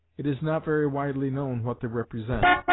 it is not very widely known what they represent,